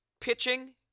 pitching